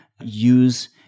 use